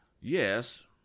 Yes